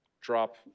drop